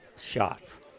shots